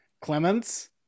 Clements